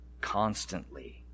constantly